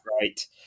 right